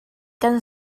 kan